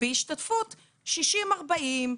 בהשתתפות 60%-40%,